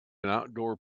outdoor